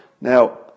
Now